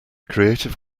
creative